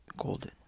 golden